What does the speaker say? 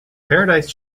paradise